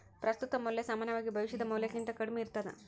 ಪ್ರಸ್ತುತ ಮೌಲ್ಯ ಸಾಮಾನ್ಯವಾಗಿ ಭವಿಷ್ಯದ ಮೌಲ್ಯಕ್ಕಿಂತ ಕಡ್ಮಿ ಇರ್ತದ